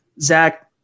Zach